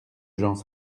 gens